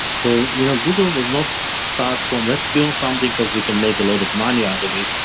so you know google does not start from, let's build something because we can make a lot of money out of it.